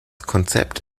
konzept